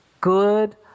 good